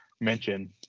mention